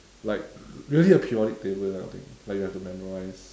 like really the periodic table that kind of thing like you have to memorise